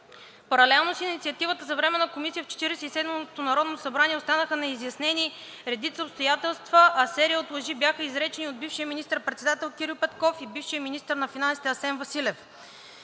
Паралелно с инициативата за Временна комисия в Четиридесет и седмото Народно събрание останаха неизяснени редица обстоятелства, а серия от лъжи бяха изречени от бившия министър-председател Кирил Петков и бившия министър на финансите Асен Василев.